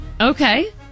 Okay